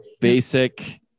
basic